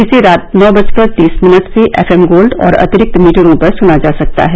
इसे रात नौ बजकर तीस मिनट से एफएम गोल्ड और अतिरिक्त मीटरों पर सुना जा सकता है